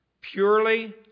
purely